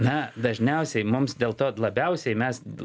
na dažniausiai mums dėl to labiausiai